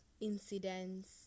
incidents